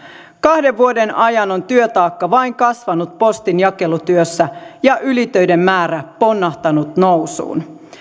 kahden vuoden ajan on työtaakka vain kasvanut postinjakelutyössä ja ylitöiden määrä ponnahtanut nousuun